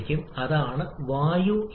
അതിനാൽ ഇത്1 പോലെയാണ് ഏകദേശം